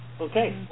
Okay